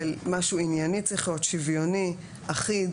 של משהו ענייני, צריך להיות שוויוני, אחיד.